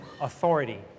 authority